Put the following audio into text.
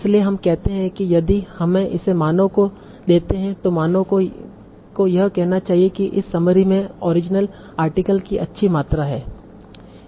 इसलिए हम कहते हैं कि यदि हम इसे मानव को देते हैं तो मानव को यह कहना चाहिए कि इस समरी में ओरिजिनल आर्टिकल की अच्छी मात्रा है